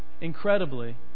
incredibly